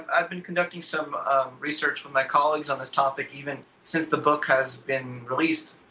i have been conducting some research for my colleagues on this topic even since the book has been released.